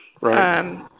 Right